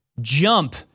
jump